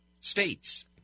states